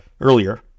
earlier